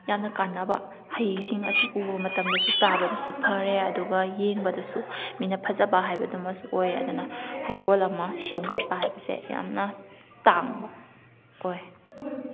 ꯌꯥꯝꯅ ꯀꯥꯅꯕ ꯍꯩꯁꯤꯡ ꯑꯁꯤ ꯎꯕ ꯃꯇꯝꯗꯁꯨ ꯆꯥꯕꯗꯁꯨ ꯐꯔꯦ ꯑꯗꯨꯒ ꯌꯦꯡꯕꯗꯁꯨ ꯃꯤꯅ ꯐꯖꯕ ꯍꯥꯏꯕꯗꯨꯃꯁꯨ ꯑꯣꯏ ꯑꯗꯨꯅ ꯍꯩꯀꯣꯜ ꯑꯃ ꯁꯦꯝꯒꯠꯄ ꯍꯥꯏꯕꯁꯦ ꯌꯥꯝꯅ ꯇꯥꯡꯕ ꯑꯣꯏ